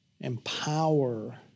empower